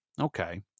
Okay